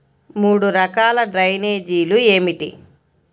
మూడు రకాల డ్రైనేజీలు ఏమిటి?